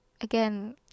Again